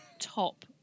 top